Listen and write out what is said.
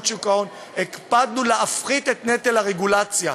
שוק ההון הקפדנו להפחית את נטל הרגולציה,